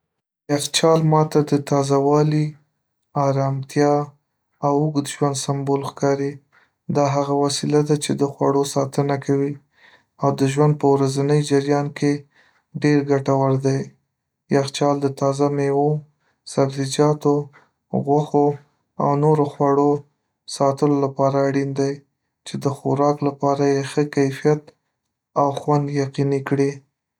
یخچال ماته د تازه‌والي، ارامتیا او اوږد ژوند سمبول ښکاري. دا هغه وسیله ده چې د خوړو ساتنه کوي او د ژوند په ورځني جریان کې ډير ګټور دی. یخچال د تازه مېوو، سبزیجاتو، غوښو او نورو خواړو ساتلو لپاره اړین دی، چې د خوراک لپاره یې ښه کیفیت او خوند یقیني کړي.